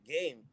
game